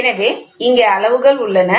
எனவே இங்கே அளவுகள் உள்ளன